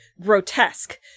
grotesque